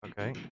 Okay